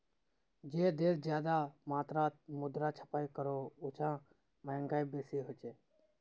जे देश ज्यादा मात्रात मुद्रा छपाई करोह उछां महगाई बेसी होछे